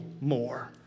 more